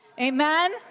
Amen